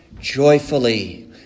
joyfully